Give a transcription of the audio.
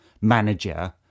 manager